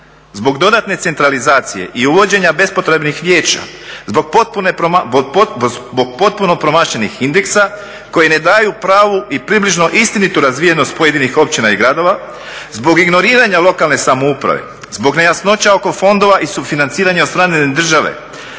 zbog dodatne centralizacije i uvođenja bespotrebnih vijeća, zbog potpuno promašenih indeksa koji ne daju pravu i približno istinitu razvijenost pojedinih općina i gradova, zbog ignoriranja lokalne samouprave, zbog nejasnoća oko fondova i sufinanciranja … države,